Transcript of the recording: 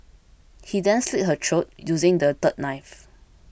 he then slit her throat using the third knife